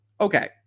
Okay